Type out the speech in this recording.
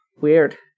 Weird